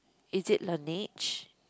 is it Laneige